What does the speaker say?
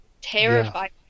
terrified